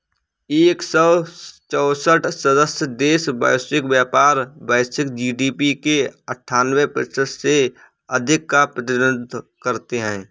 एक सौ चौसठ सदस्य देश वैश्विक व्यापार, वैश्विक जी.डी.पी के अन्ठान्वे प्रतिशत से अधिक का प्रतिनिधित्व करते हैं